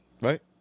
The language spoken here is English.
right